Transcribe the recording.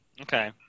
Okay